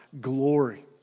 glory